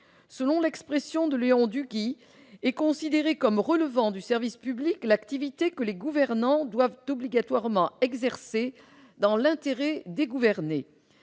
Selon l'expression de Léon Duguit, est considérée comme relevant du service public « l'activité que les gouvernants doivent obligatoirement exercer dans l'intérêt des gouvernés